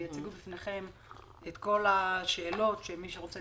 יציגו בפניכם את התשובות לשאלות.